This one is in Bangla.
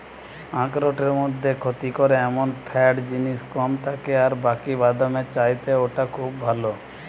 আখরোটের মধ্যে ক্ষতি করে এমন ফ্যাট জিনিস কম থাকে আর বাকি বাদামের চাইতে ওটা খুব ভালো